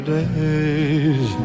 days